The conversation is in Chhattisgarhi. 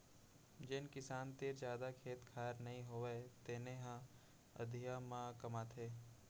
जेन किसान तीर जादा खेत खार नइ होवय तेने ह अधिया म कमाथे